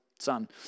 son